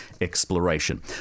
exploration